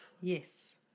Yes